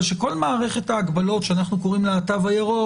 אבל שכל מערכת ההגבלות שאנחנו קוראים לה "התו הירוק"